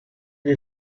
gli